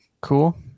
Cool